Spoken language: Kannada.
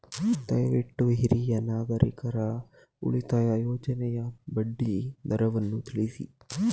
ದಯವಿಟ್ಟು ಹಿರಿಯ ನಾಗರಿಕರ ಉಳಿತಾಯ ಯೋಜನೆಯ ಬಡ್ಡಿ ದರವನ್ನು ತಿಳಿಸಿ